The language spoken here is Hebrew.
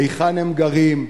היכן הם גרים?